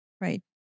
right